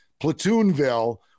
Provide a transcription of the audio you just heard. Platoonville